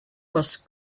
was